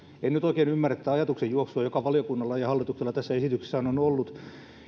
en nyt oikein ymmärrä tätä ajatuksenjuoksua joka valiokunnalla ja hallituksella tässä esityksessään on ollut